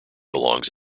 belongs